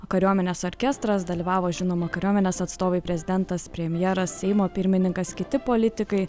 kariuomenės orkestras dalyvavo žinoma kariuomenės atstovai prezidentas premjeras seimo pirmininkas kiti politikai